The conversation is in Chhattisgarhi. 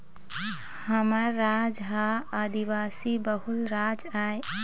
हमर राज ह आदिवासी बहुल राज आय